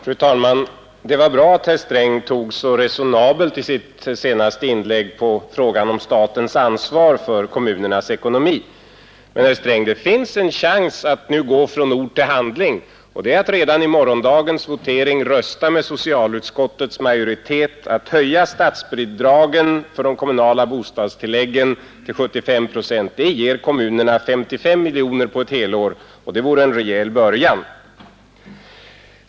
Fru talman! Det var bra att herr Sträng i sitt senaste inlägg tog så resonabelt på frågan om statens ansvar för kommunernas ekonomi. Men, herr Sträng, det finns en chans att nu gå från ord till handling, och det är att redan i morgondagens votering rösta med socialutskottets majoritet som har föreslagit en höjning av statsbidragen för de kommunala bostadstilläggen till 75 procent. Det ger kommunerna 55 miljoner kronor på ett helår, och det vore en rejäl början.